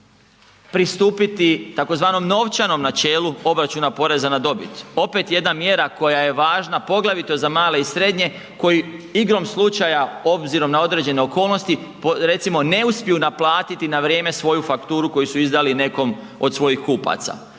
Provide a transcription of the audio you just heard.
pristupiti tzv. novčanom načelu obračuna poreza na dobit, opet jedna mjera koja je važna poglavito za male i srednje koji igrom slučaja obzirom na određene okolnosti recimo ne uspiju naplatiti na vrijeme svoju fakturu koju su izdali nekom od svojih kupaca.